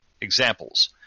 Examples